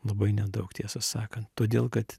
labai nedaug tiesą sakant todėl kad